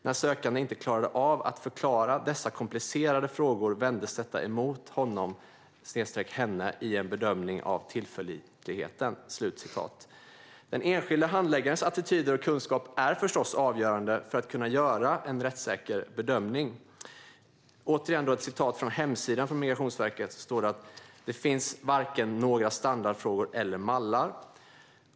När sökanden inte klarade av att förklara dessa komplicerade frågor vändes detta emot honom eller henne i en bedömning av tillförlitligheten. Den enskilde handläggarens attityd och kunskap är förstås avgörande för att kunna göra en rättssäker bedömning. På Migrationsverkets hemsida framgår det också att "det finns varken några standardfrågor eller mallar".